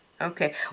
Okay